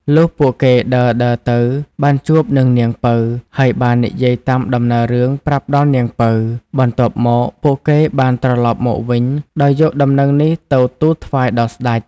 លុះពួកគេដើរៗទៅបានជួបនឹងនាងពៅ ហើយបាននិយាយតាមដំណើររឿងប្រាប់ដល់នាងពៅ បន្ទាប់មកពួកគេបានត្រឡប់មកវិញដោយយកដំណឹងនេះទៅទូលថ្វាយដល់ស្ដេច។